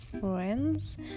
friends